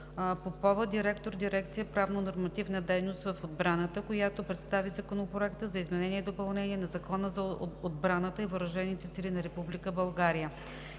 Попова – директор Дирекция „Правно-нормативна дейност в отбраната“, която представи Законопроекта за изменение и допълнение на Закона за отбраната и въоръжени сили на Република България.